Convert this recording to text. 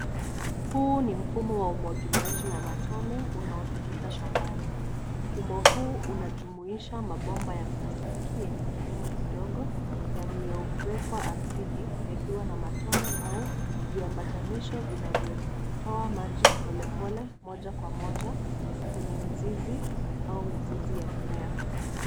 Huu ni mfumo wa umwagiliaji wa matone unaotumika shambani. Mfumo huu unajumuisha mabomba ya plastiki yenye kipenyo kidogo yaliyowekwa ardhini yakiwa na matone au viambatanisho vinavyotoa maji polepole moja kwa moja kwenye mzizi au mizizi ya mimea.